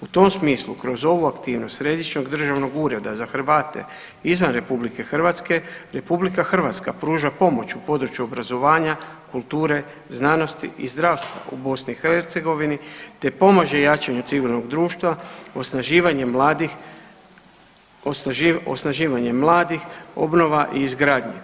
U tom smislu kroz ovu aktivnost Središnjeg državnog ureda za Hrvate izvan RH, RH pruža pomoć u području u obrazovanja, kulture, znanosti i zdravstva u BiH te pomaže jačanju civilnog društva osnaživanjem mladih, osnaživanjem mladih, obnova i izgradnja.